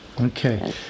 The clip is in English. Okay